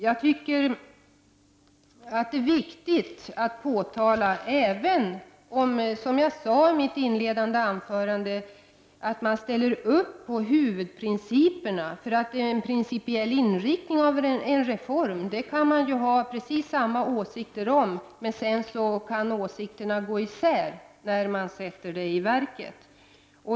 Som jag sade i mitt inledande anförande tycker jag att det är viktigt att man ställer upp på huvudprincipen. En principiell inriktning av en reform kan man ha samma åsikter om, men sedan kan åsikterna gå isär när reformen sätts i verket.